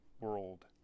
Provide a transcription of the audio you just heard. world